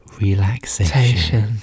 Relaxation